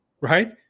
right